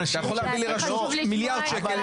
אתה יכול להביא לרשות מיליארד שקל,